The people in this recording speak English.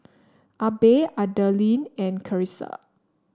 Abe Adalyn and Carissa